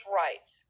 right